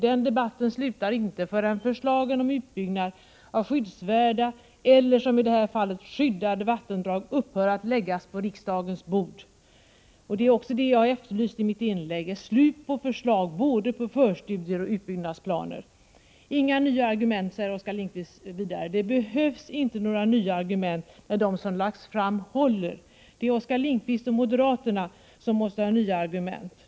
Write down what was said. Debatten slutar inte förrän förslag om utbyggnad av skyddsvärda eller, som i detta fall, skyddade vattendrag upphör att läggas på riksdagens bord. Vad jag efterlyste i mitt inlägg var ett slut på förslag både om förstudier och utbyggnadsplaner. Inga nya argument har framförts, sade Oskar Lindkvist. Men det behövs inga nya argument, när de som tidigare har lagts fram fortfarande håller. Det är Oskar Lindkvist och moderaterna som måste föra fram nya argument.